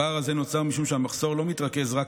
הפער הזה נוצר משום שהמחסור לא מתרכז רק